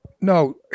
No